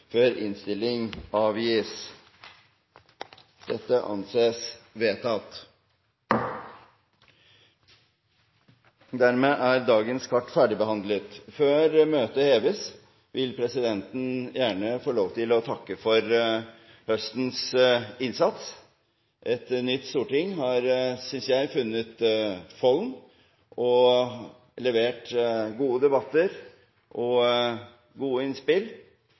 Før møtet heves, vil presidenten gjerne få lov til å takke for høstens innsats. Et nytt storting har funnet folden – synes jeg – og har levert gode debatter og gode innspill.